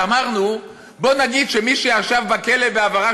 אמרנו: בוא נגיד שמי שישב בכלא בעבירה